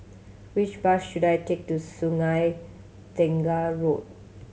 which bus should I take to Sungei Tengah Road